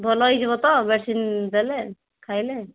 ଭଲ ହୋଇଯିବ ତ ମେଡିସିନ ଦେଲେ ଖାଇଲେ